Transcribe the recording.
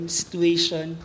situation